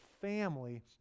family